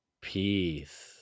peace